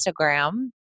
Instagram